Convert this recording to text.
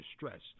distress